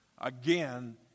Again